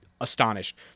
astonished